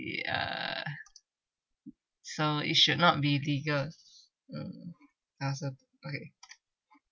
ya so it should not be legal mm awesome okay